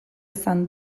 izan